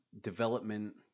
development